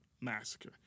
Massacre